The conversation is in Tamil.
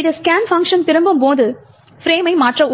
இது ஸ்கேன் பங்க்ஷன் திரும்பும்போது ஃபிரேமை மாற்ற உதவும்